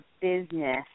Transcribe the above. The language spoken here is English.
business